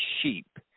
sheep